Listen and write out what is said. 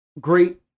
great